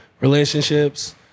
Relationships